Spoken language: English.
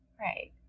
Right